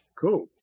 Cool